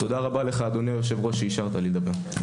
תודה רבה לך, אדוני היושב-ראש, שאיפשרת לי לדבר.